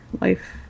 life